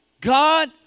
God